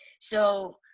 so-